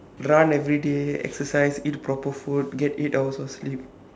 run everyday exercise eat proper food get eight hours of sleep